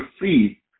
see